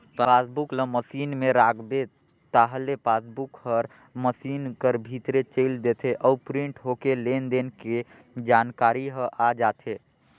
passbook ल machine में राखबे ताहले पासबुक हर मसीन कर भीतरे चइल देथे अउ प्रिंट होके लेन देन के जानकारी ह आ जाथे